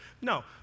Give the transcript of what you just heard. No